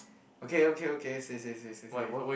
okay okay okay say say say say say